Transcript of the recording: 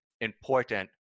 important